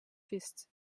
fist